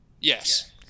Yes